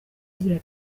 agira